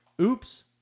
oops